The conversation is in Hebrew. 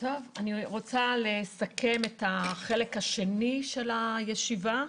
אני רוצה לסכם את החלק השני של הישיבה.